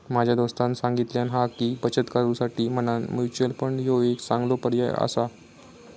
माझ्या दोस्तानं सांगल्यान हा की, बचत करुसाठी म्हणान म्युच्युअल फंड ह्यो एक चांगलो पर्याय आसा